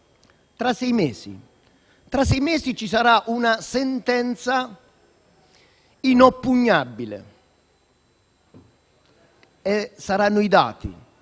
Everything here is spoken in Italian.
Tra sei mesi ci sarà una sentenza inoppugnabile: ci saranno i dati